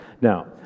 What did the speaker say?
Now